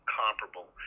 comparable